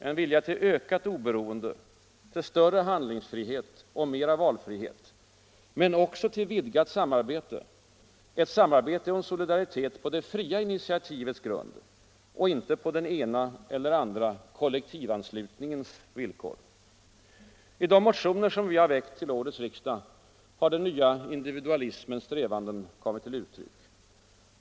En vilja till ökat oberoende, till större handlingsfrihet och mera valfrihet, men också till vidgat samarbete — ett samarbete och en solidaritet på det fria initiativets grund och inte på den ena eller andra kollektivanslutningens villkor. I de motioner som vi väckt till årets riksdag har den nya individualismens strävanden kommit till uttryck.